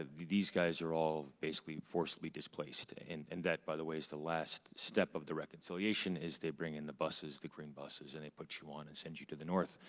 these guys are all basically forcibly displaced, and and that by the way is the last step of the reconciliation is they bring in the buses, the green buses, and they put you on, and send you to the north.